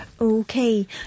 Okay